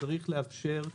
צריך לאפשר,